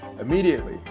immediately